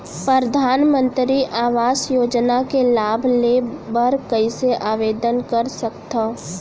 परधानमंतरी आवास योजना के लाभ ले बर कइसे आवेदन कर सकथव?